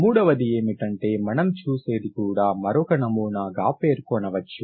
మూడవది ఏమిటంటే మనం చూసేది కూడా మరొక నమూనాగా పేర్కొనవచ్చు